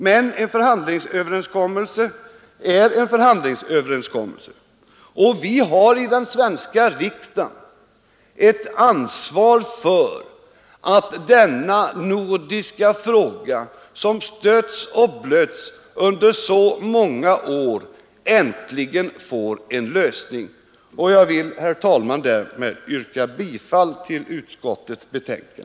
Men en förhandlingsöverenskommelse är en förhandlingsöverenskommelse, och i den svenska riksdagen har vi ansvar för att denna nordiska fråga, som har stötts och blötts under så många år, äntligen får en lösning. Herr talman! Med det anförda yrkar jag bifall till utskottets hemställan.